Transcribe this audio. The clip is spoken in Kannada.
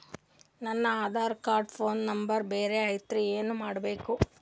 ನನ ಆಧಾರ ಕಾರ್ಡ್ ಫೋನ ನಂಬರ್ ಬ್ಯಾರೆ ಐತ್ರಿ ಏನ ಮಾಡಬೇಕು?